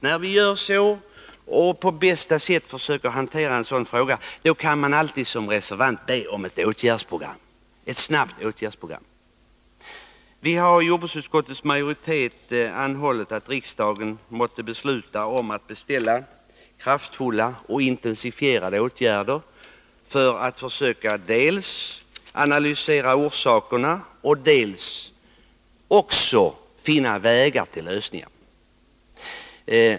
När vi försöker att på bästa sätt hantera en sådan här fråga, kan man alltid som reservant be om ett snabbt åtgärdsprogram. Jordbruksutskottets majoritet har anhållit att riksdagen måtte besluta att beställa kraftfulla och intensifierade åtgärder för att försöka dels analysera orsakerna, dels finna vägar till lösningar.